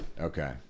okay